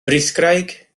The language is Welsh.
frithgraig